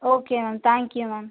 okay ma'am thank you ma'am